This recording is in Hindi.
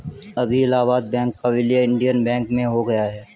अभी इलाहाबाद बैंक का विलय इंडियन बैंक में हो गया है